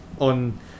on